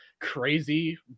crazy